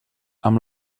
amb